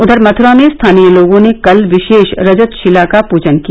उधर मथुरा में स्थानीय लोगों ने कल विशेष रजत शिला का पूजन किया